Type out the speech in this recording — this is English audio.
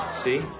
See